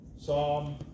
Psalm